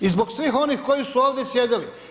I zbog svih onih koji su ovdje sjedili.